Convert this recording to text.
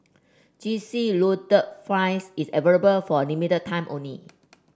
Cheesy Loaded Fries is available for a limited time only